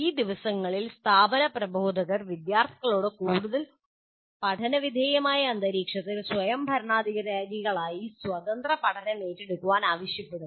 ഈ ദിവസങ്ങളിൽ സ്ഥാപന പ്രബോധകർ വിദ്യാർത്ഥികളോട് കൂടുതൽ പഠനവിധേയമായ അന്തരീക്ഷത്തിൽ സ്വയംഭരണാധികാരികളായി സ്വതന്ത്ര പഠനം ഏറ്റെടുക്കാൻ ആവശ്യപ്പെടുന്നു